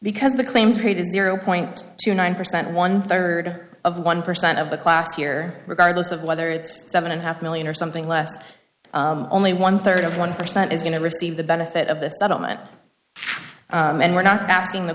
because of the claims created zero point two nine percent one third of one percent of the class here regardless of whether it's seven and half million or something less only one third of one percent is going to receive the benefit of this settlement and we're not asking the